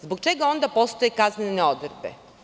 Zbog čega onda postoje kaznene odredbe?